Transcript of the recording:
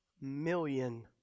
million